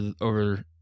over